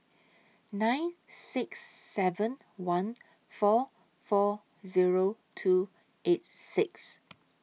nine six seven one four four Zero two eight six